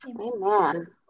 Amen